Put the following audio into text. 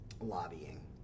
lobbying